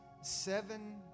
seven